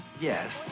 Yes